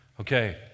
Okay